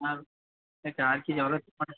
अब एक कार की जरूरत तो पड़